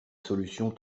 solution